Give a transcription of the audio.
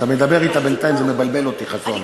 אתה מדבר אתה בינתיים, זה מבלבל אותי, חסון.